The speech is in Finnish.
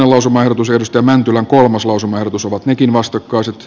lausumaehdotus ovat vastakkaiset